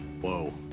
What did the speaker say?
Whoa